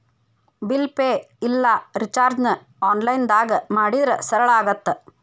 bill pay ಇಲ್ಲಾ ರಿಚಾರ್ಜ್ನ ಆನ್ಲೈನ್ದಾಗ ಮಾಡಿದ್ರ ಸರಳ ಆಗತ್ತ